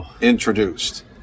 Introduced